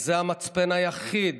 וזה המצפן היחיד